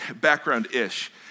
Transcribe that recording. background-ish